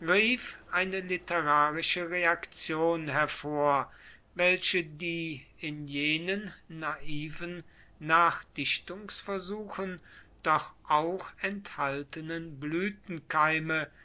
eine literarische reaktion hervor welche die in jenen naiven nachdichtungsversuchen doch auch enthaltenen